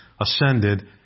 ascended